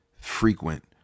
frequent